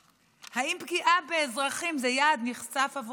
האם פגיעה באזרחים זה יעד נכסף עבורכם?